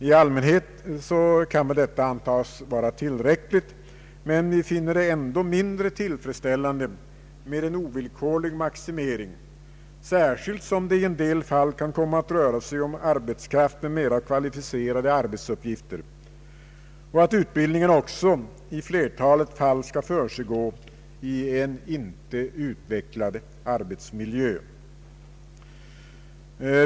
I allmänhet kan detta antagas vara tillräckligt, men vi finner det dock mindre tillfredsställande med en ovillkorlig maximering, särskilt som det i en del fall kan komma att röra sig om arbetskraft med mera kvalificerade arbetsuppgifter och utbildningen också i flertalet fall skall försiggå i en inte utvecklad arbetsmiljö.